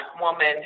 woman